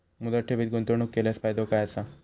मुदत ठेवीत गुंतवणूक केल्यास फायदो काय आसा?